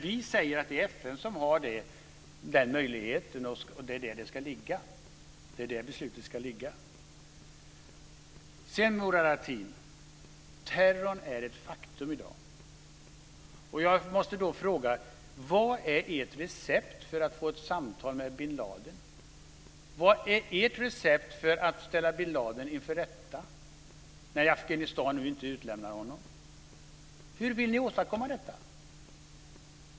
Vi säger att det är FN som har denna möjlighet, och att det är där den ska ligga. Det är där besluten ska fattas. Terrorn är ett faktum i dag, Murad Artin. Jag måste fråga: Vilket är ert recept för att få ett samtal med bin Ladin? Vilket är ert recept för att ställa bin Ladin inför rätta när Afghanistan nu inte utlämnar honom? Hur vill ni åstadkomma det?